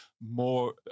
more